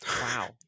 Wow